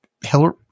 Hillary